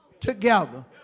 together